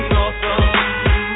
awesome